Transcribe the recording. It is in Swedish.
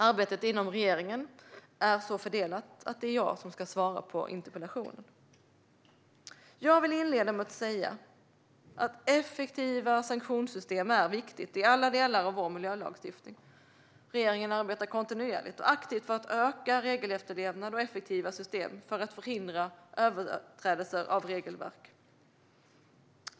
Arbetet inom regeringen är så fördelat att det är jag som ska svara på interpellationen. Jag vill inleda med att säga att effektiva sanktionssystem är viktigt i alla delar av vår miljölagstiftning. Regeringen arbetar kontinuerligt och aktivt för ökad regelefterlevnad och effektiva system för att förhindra överträdelser av regelverk.